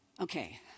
Okay